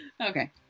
okay